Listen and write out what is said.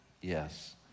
Yes